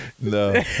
No